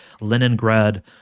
Leningrad